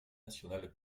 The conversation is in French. nationale